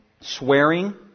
Swearing